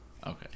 Okay